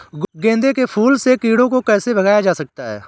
गेंदे के फूल से कीड़ों को कैसे भगाया जा सकता है?